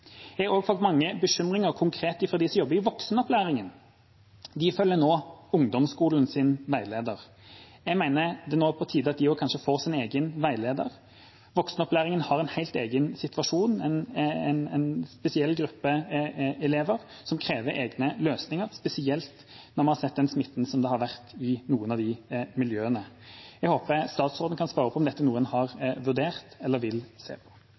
Jeg har også fått mange konkrete bekymringer fra dem som jobber i voksenopplæringen. De følger nå ungdomsskolens veileder. Jeg mener det nå er på tide at de kanskje får sin egen veileder. Voksenopplæringen har en helt egen situasjon. Det er en spesiell gruppe elever som krever egne løsninger, spesielt når vi ser smitten som har vært i noen av disse miljøene. Jeg håper statsråden kan svare på om dette er noe en har vurdert eller vil se på.